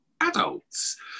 adults